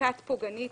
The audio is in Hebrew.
בכת פוגענית